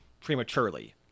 prematurely